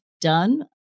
done